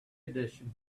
edition